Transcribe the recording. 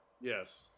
Yes